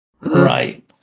Right